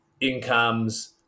incomes